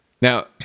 Now